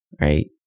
right